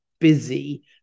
busy